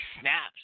snaps